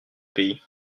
pays